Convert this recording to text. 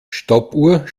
stoppuhr